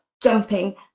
jumping